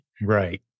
Right